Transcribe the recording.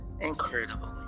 Incredible